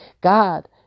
God